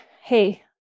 Hey